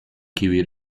kiwi